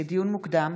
לדיון מוקדם,